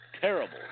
terrible